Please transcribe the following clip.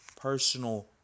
personal